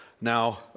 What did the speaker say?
Now